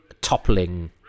toppling